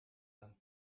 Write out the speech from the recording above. aan